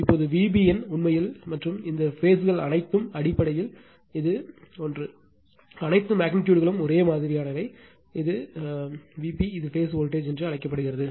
இப்போது Vbn உண்மையில் மற்றும் இந்த பேஸ்ங்கள் அனைத்தும் அடிப்படையில் இது ஒன்று அனைத்து மெக்னிட்யூடுகளும் ஒரே மாதிரியானவை இது இது பேஸ் வோல்ட்டேஜ் என்று அழைக்கப்படுகிறது